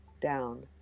down